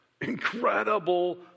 incredible